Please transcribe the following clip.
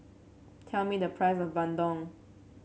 tell me the price of Bandung